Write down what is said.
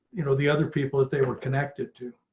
you know, the other people that they were connected to.